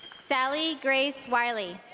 sally grace wiley